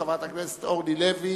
חברת הכנסת אורלי לוי